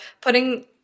putting